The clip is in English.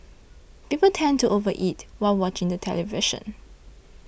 people tend to over eat while watching the television